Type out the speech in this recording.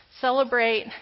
celebrate